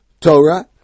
Torah